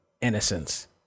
innocence